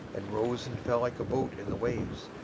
and rose and fell like a boat in the waves.